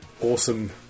Awesome